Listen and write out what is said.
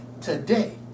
today